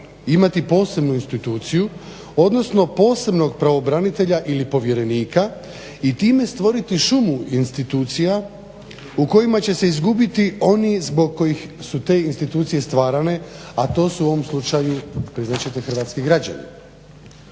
imati posebnu instituciju odnosno posebnog pravobranitelja ili povjerenika i time stvoriti šumu institucija u kojima će se izgubiti oni zbog kojih su te institucije stvarane a to su u ovom slučaju priznat ćete hrvatski građani.